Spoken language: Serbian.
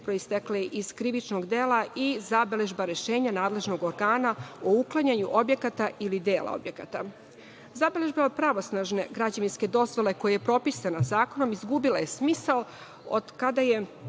proistekle iz krivičnog dela i zabeležba rešenja nadležnog organa o uklanjanju objekata ili dela objekata. Zabeležba pravosnažne građevinske dozvole, koja je propisana zakonom, izgubila je smisao od kada je